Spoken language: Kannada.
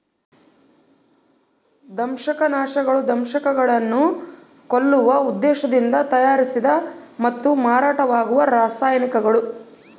ದಂಶಕನಾಶಕಗಳು ದಂಶಕಗಳನ್ನು ಕೊಲ್ಲುವ ಉದ್ದೇಶದಿಂದ ತಯಾರಿಸಿದ ಮತ್ತು ಮಾರಾಟವಾಗುವ ರಾಸಾಯನಿಕಗಳು